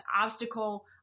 obstacle